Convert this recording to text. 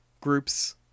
groups